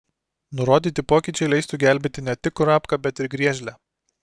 nurodyti pokyčiai leistų gelbėti ne tik kurapką bet ir griežlę